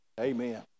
Amen